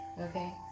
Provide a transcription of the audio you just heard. Okay